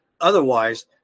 Otherwise